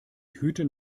hüten